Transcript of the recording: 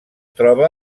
troba